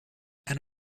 and